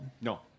No